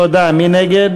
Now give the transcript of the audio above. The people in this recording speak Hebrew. חד"ש, להצביע?